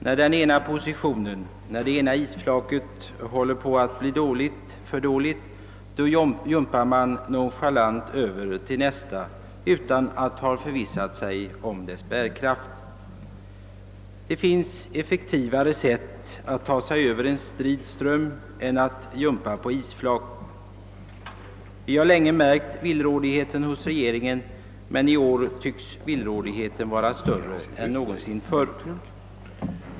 När den ena positionen, det ena isflaket, håller på att bli för dåligt jumpar man nonchalant över till nästa utan att först ha förvissat sig om dess bärkraft. Men det finns effektivare sätt att ta sig över en strid ström än att jumpa på isflak. Vi har länge märkt villrådigheten hos regeringen, men i år tycks den vara större än någonsin förr.